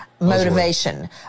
motivation